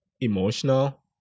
emotional